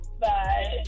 Bye